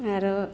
आओर